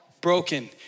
broken